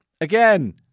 Again